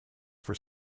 for